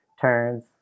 turns